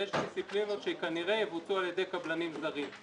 ויש דיסציפלינות שכנראה יבוצעו על ידי קבלנים זרים.